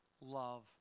love